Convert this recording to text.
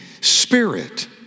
spirit